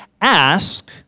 Ask